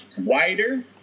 Wider